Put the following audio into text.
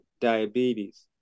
diabetes